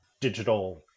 digital